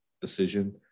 decision